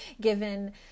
given